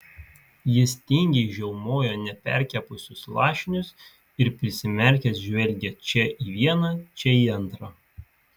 jis tingiai žiaumojo neperkepusius lašinius ir prisimerkęs žvelgė čia į vieną čia į antrą